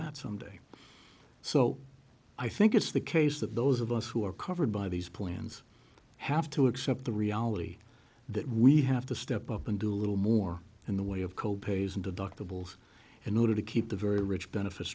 that someday so i think it's the case that those of us who are covered by these plans have to accept the reality that we have to step up and do a little more in the way of co pays and deductibles in order to keep the very rich benefit